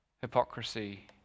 hypocrisy